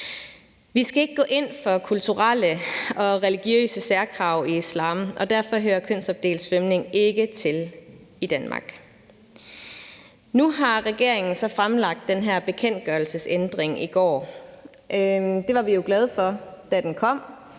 Vi skal ikke gå ind for kulturelle og religiøse særkrav i islam, og derfor hører kønsopdelt svømning ikke til i Danmark. Nu har regeringen så fremlagt den her bekendtgørelsesændring i går. Det var vi jo glade for, da den kom,